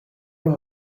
mijn